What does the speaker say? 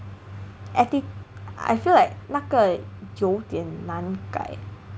atti~ I feel like 那个有点难改